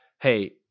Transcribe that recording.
hey